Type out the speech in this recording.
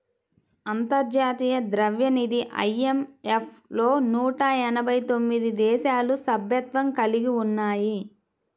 అంతర్జాతీయ ద్రవ్యనిధి ఐ.ఎం.ఎఫ్ లో నూట ఎనభై తొమ్మిది దేశాలు సభ్యత్వం కలిగి ఉన్నాయి